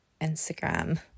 Instagram